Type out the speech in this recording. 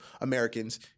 Americans